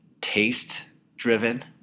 taste-driven